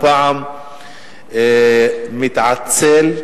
הפעם מתעצל,